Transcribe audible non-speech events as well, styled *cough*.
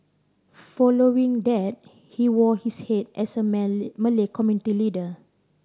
following that he wore his hat as a *unintelligible* Malay community leader